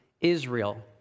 Israel